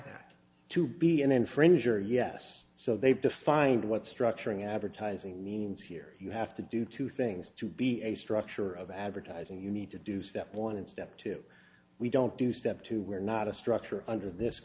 that to be an infringer yes so they've defined what structuring advertising means here you have to do two things to be a structure of advertising you need to do step one and step two we don't do step two we're not a structure under this